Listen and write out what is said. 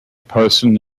person